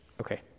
Okay